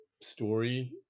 story